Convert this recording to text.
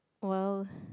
well